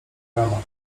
brama